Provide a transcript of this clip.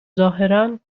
ظاهرا